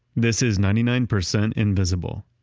this is ninety nine percent invisible.